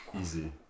Easy